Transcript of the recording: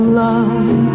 love